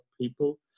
people